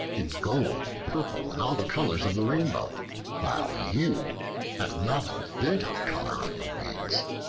in gold and purple and all the colors of the rainbow while you have not a bit of color on your wings.